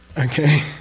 okay?